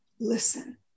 listen